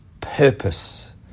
purpose